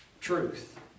truth